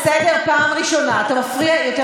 זה הפך להיות,